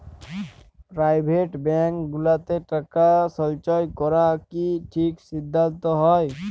private bank গুলাতে টাকা সল্চয় ক্যরা কি ঠিক সিদ্ধাল্ত হ্যয়